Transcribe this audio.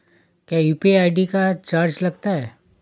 क्या UPI ID का charge लगता है?